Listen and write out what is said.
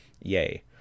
Yay